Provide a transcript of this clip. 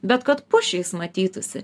bet kad pušys matytųsi